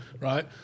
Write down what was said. right